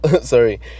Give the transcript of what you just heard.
sorry